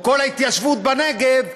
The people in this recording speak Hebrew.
או כל ההתיישבות בנגב,